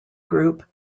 group